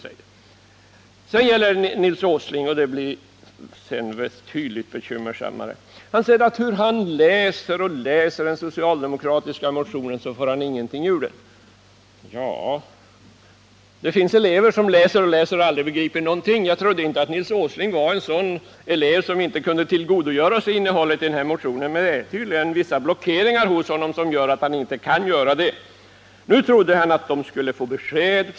När det gäller Nils Åsling är det betydligt bekymmersammare. Han säger att hur han än läser och läser den socialdemokratiska motionen så får han ingenting ut av den. Ja, det finns elever som läser och läser och aldrig begriper någonting. Jag trodde inte att Nils Åsling var en sådan elev, men det är tydligen vissa blockeringar hos honom som gör att han inte kan tillgodogöra sig innehållet i vår motion.